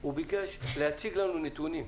הוא ביקש להציג לנו נתונים.